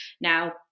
now